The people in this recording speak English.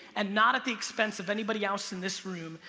and not at the expense of anybody else in this room,